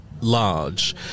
large